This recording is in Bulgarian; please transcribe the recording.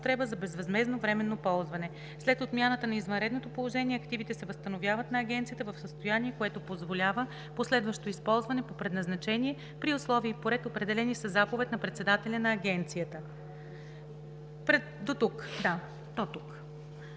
употреба, за безвъзмездно временно ползване. След отмяната на извънредното положение активите се възстановяват на агенцията в състояние, което позволява последващо използване по предназначение, при условия и по ред, определени със заповед на председателя на агенцията.“ ПРЕДСЕДАТЕЛ